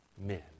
men